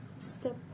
Step